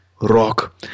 Rock